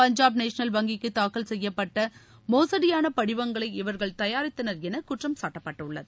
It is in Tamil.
பஞ்சாப் நேஷனல் வங்கிக்கு தாக்கல் செய்யப்பட்ட மோசடியான படிவங்களை இவர்கள் தயாரித்தனர் என குற்றம் சாட்டப்பட்டுள்ளது